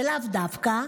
ולאו דווקא,